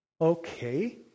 okay